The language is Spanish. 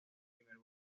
primer